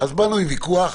אז באנו עם ויכוח,